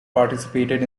participated